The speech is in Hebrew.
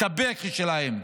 את הבכי שלהם,